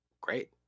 great